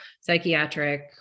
psychiatric